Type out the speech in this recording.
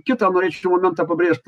kitą norėčiau momentą pabrėžt